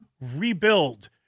rebuild